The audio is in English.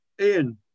Ian